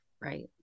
Right